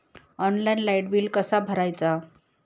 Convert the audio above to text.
Online light bill कसा भरायचा?